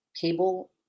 cable